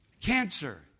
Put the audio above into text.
cancer